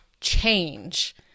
change